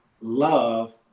love